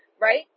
right